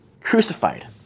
crucified